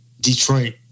Detroit